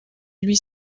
huit